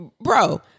bro